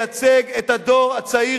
מאשר, את הדברים.